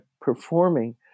performing